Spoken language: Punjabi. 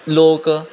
ਲੋਕ